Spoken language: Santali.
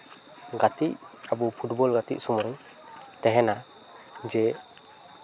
ᱠᱷᱮᱞ ᱟᱵᱚ ᱯᱷᱩᱴᱵᱚᱞ ᱠᱷᱮᱞ ᱥᱚᱢᱚᱭ ᱛᱟᱦᱮᱱᱟ ᱡᱮ